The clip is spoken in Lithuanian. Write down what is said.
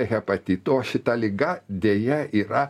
hepatitu o šita liga deja yra